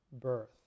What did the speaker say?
birth